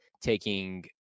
taking